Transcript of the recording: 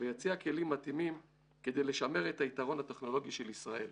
ויציע כלים מתאימים כדי לשמר את היתרון הטכנולוגי של ישראל.